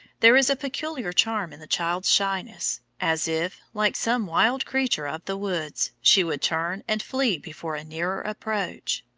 there is a peculiar charm in the child's shyness, as if, like some wild creature of the woods, she would turn and flee before a nearer approach.